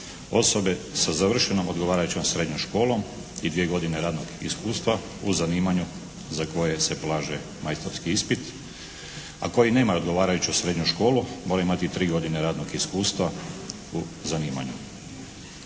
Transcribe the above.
osobe sa završenom odgovarajućom srednjom školom i dvije godine radnog iskustva u zanimanju za koje se polaže majstorski ispit, a koji nema odgovarajuću srednju školu mora imati tri godine radnog iskustva u zanimanju.